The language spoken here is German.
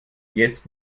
jetzt